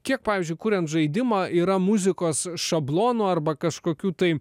kiek pavyzdžiui kuriant žaidimą yra muzikos šablono arba kažkokių tai